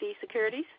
Securities